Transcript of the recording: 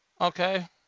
Okay